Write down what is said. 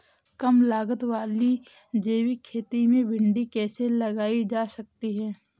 कम लागत वाली जैविक खेती में भिंडी कैसे लगाई जा सकती है?